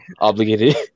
obligated